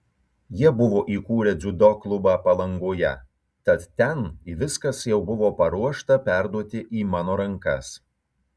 jie buvo įkūrę dziudo klubą palangoje tad ten viskas jau buvo paruošta perduoti į mano rankas